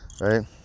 right